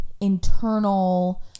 internal